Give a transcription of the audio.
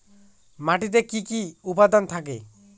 মাটিতে কি কি উপাদান থাকে?